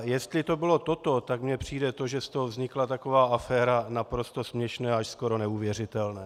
Jestli to bylo toto, tak mně přijde to, že z toho vznikla taková aféra, naprosto směšné, až skoro neuvěřitelné.